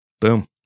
Boom